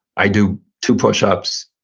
i do two push-ups.